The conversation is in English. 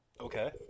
Okay